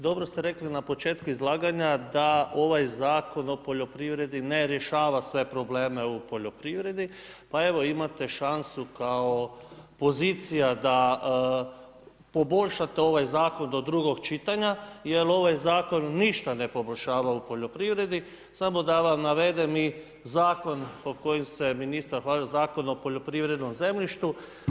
Dobro ste rekli na početku izlaganja da ovaj Zakon o poljoprivredi ne rješava sve probleme u poljoprivredi, pa evo imate šansu kao pozicija da poboljšate ovaj zakon do drugog čitanja jer ovaj zakon ništa ne poboljšava u poljoprivredi, ... zakon po kojim se ministar hvali, Zakon o poljoprivrednom zemljištu.